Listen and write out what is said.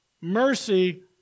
Mercy